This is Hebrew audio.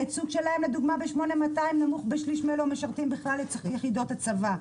הייצוג שלהם לדוגמה ב-8200 נמוך בשליש מאלו המשרתים בכלל יחידות הצבא.